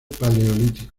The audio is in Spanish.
paleolítico